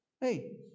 Hey